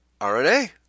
RNA